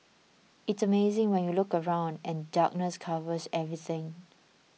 it's amazing when you look around and darkness covers everything